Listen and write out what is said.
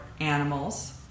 animals